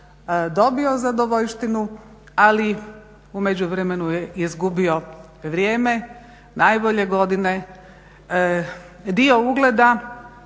dobio zadovoljštinu ali u međuvremenu je izgubio vrijeme, najbolje godine, dio ugleda